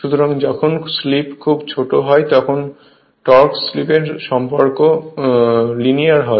সুতরাং যখন স্লিপ খুব ছোট হয় তখন টর্ক স্লিপের সম্পর্ক লিনিয়ার হয়